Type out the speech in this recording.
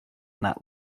that